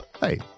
Hey